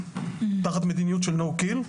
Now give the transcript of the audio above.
תחת מדיניות של No kill.